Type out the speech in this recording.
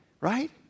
Right